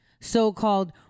so-called